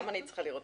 גם זאת אפשרות.